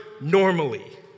normally